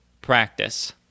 practice